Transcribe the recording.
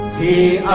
the